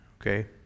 okay